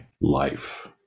life